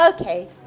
Okay